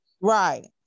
Right